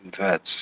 vets